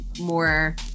more